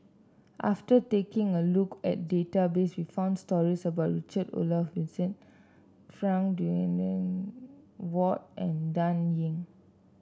after taking a look at the database we found stories about Richard Olaf Winstedt Frank Dorrington Ward and Dan Ying